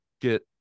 get